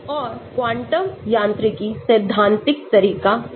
और क्वांटम यांत्रिकी सैद्धांतिक तरीका है